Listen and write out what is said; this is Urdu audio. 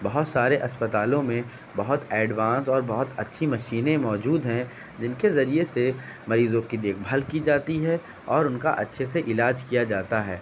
بہت سارے اسپتالوں میں بہت ایڈوانس اور بہت اچھی مشینیں موجود ہیں جن کے ذریعے سے مریضوں کی دیکھ بھال کی جاتی ہے اور ان کا اچھے سے علاج کیا جاتا ہے